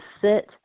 sit